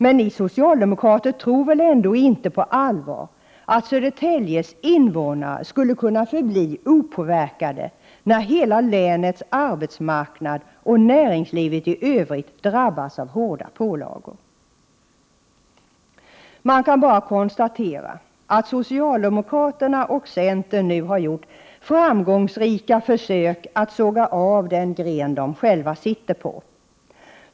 Men ni socialdemokrater tror väl ändå inte på allvar att Södertäljes invånare skulle kunna förbli opåverkade, när hela länets arbetsmarknad och näringslivet i övrigt drabbas av hårda pålagor? Man kan bara konstatera att socialdemokraterna och centern nu har gjort framgångsrika försök att såga av den gren de själva sitter på.